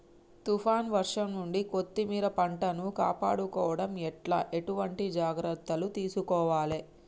తుఫాన్ వర్షం నుండి కొత్తిమీర పంటను కాపాడుకోవడం ఎట్ల ఎటువంటి జాగ్రత్తలు తీసుకోవాలే?